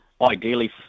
ideally